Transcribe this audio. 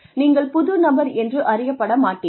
நீங்கள் புது நபர் என்று அறியப்பட மாட்டீர்கள்